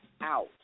out